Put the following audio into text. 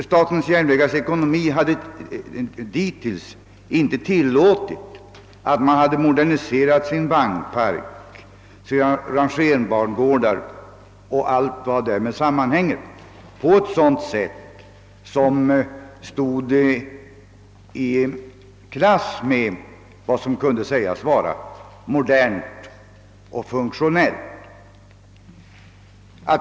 Statens järnvägars ekonomi hade dittills inte tillåtit modernisering av vagnparken, rangerbangårdarna etc. på ett sådant sätt att utrustningen kunde sägas vara modern och funktionell.